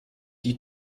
die